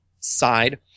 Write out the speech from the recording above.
side